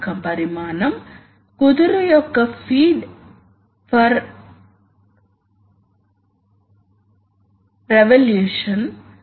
Pd Pu పై ఆధారపడి ఈ ఫంక్షన్ ఈ ఫంక్షన్ Pd Pu ను బట్టి ఫ్లో రేటు లో హెచ్చుతగ్గులకు కారణమవుతుంది కాబట్టి మీరు Pd Pu నిష్పత్తిని ఒక నిర్దిష్ట ఫాక్టర్ 0